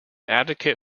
advocate